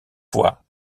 fois